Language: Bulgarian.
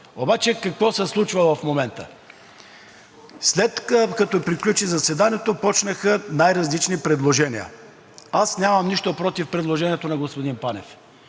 Обаче какво се случва в момента. След като приключи заседанието, започнаха най-различни предложения. Аз нямам нищо против предложението на господин Панев.